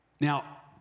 Now